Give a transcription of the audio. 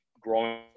growing